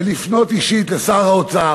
ולפנות אישית לשר האוצר,